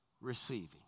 receiving